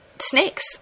snakes